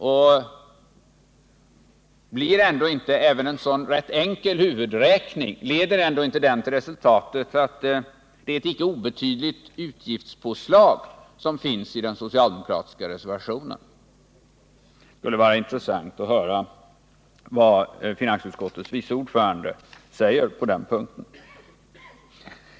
Leder inte en sådan rätt enkel huvudräkning till resultatet att det är ett icke obetydligt utgiftspåslag som finns i den socialdemokratiska reservationen? Det skulle vara intressant att höra vad finansutskottets vice ordförande säger på den punkten.